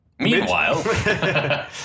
Meanwhile